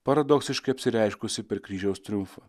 paradoksiškai apsireiškusį per kryžiaus triumfą